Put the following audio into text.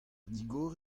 digor